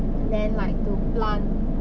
then like to plant